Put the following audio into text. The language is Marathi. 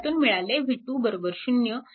त्यातून मिळाले v2 0